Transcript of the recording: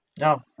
No